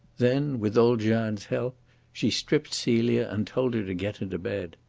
then with old jeanne's help she stripped celia and told her to get into bed.